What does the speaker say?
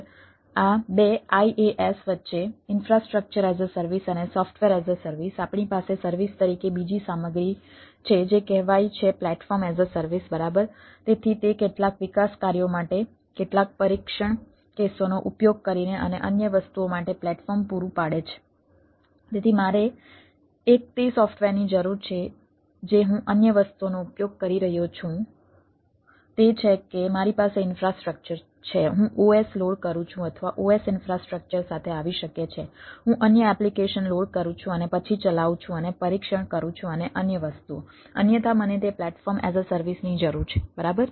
આ 2 IAS વચ્ચે infrastructure as a service અને સોફ્ટવેર એઝ અ સર્વિસ આપણી પાસે સર્વિસ તરીકે બીજી સામગ્રી છે જે કહેવાય છે પ્લેટફોર્મ એઝ અ સર્વિસ કરું છું અથવા OS ઈન્ફ્રાસ્ટ્રક્ચર સાથે આવી શકે છે હું અન્ય એપ્લિકેશન લોડ કરું છું અને પછી ચલાવું છું અને પરીક્ષણ કરું છું અને અન્ય વસ્તુઓ અન્યથા મને તે પ્લેટફોર્મ એઝ અ સર્વિસની જરૂર છે બરાબર